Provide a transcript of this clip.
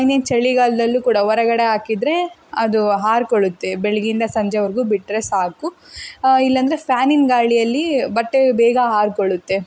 ಇನ್ನೇನು ಚಳಿಗಾಲದಲ್ಲೂ ಕೂಡ ಹೊರಗಡೆ ಹಾಕಿದ್ರೆ ಅದು ಆರ್ಕೊಳ್ಳುತ್ತೆ ಬೆಳಿಗ್ಗಿಂದ ಸಂಜೆವರೆಗೂ ಬಿಟ್ಟರೆ ಸಾಕು ಇಲ್ಲಂದರೆ ಫ್ಯಾನಿನ ಗಾಳಿಯಲ್ಲಿ ಬಟ್ಟೆ ಬೇಗ ಆರಿಕೊಳ್ಳುತ್ತೆ